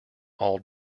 all